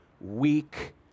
weak